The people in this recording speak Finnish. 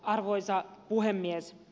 arvoisa puhemies